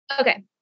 Okay